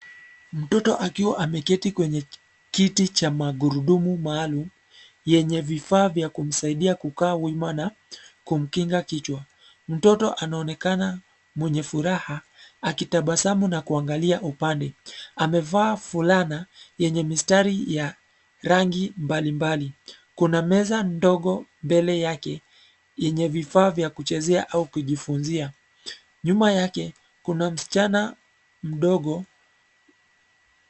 Mtoto akiwa ameketi kwenye kiti cha magurudumu maalum yenye vifaa vya kumsaidia kukaa wima na kumkinga kichwa. Mtoto anaonekana mwenye furaha akitabasamu na kuangalia upande. Amevaa fulana yenye mistari ya rangi mabalimbali. Kuna meza ndogo mbele yake yenye vifaa vya kuchezea au kujifunzia. Nyuma yake kuna msichana mdogo...